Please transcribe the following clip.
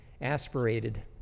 aspirated